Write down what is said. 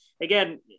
Again